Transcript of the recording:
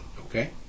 Okay